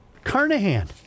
carnahan